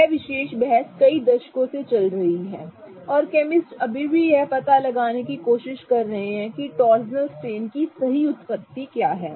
यह विशेष बहस कई दशकों से चल रही है और केमिस्ट अभी भी यह पता लगाने की कोशिश कर रहे हैं कि टॉर्सनल स्ट्रेन की सही उत्पत्ति क्या है